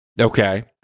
Okay